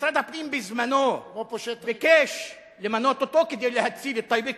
משרד הפנים בזמנו ביקש למנות אותו כדי להציל את טייבה,